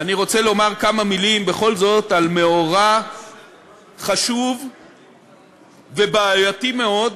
אני רוצה לומר כמה מילים בכל זאת על מאורע חשוב ובעייתי מאוד,